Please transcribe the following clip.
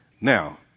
Now